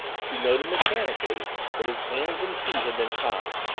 she noted mechanically that his hands and feet had been tied,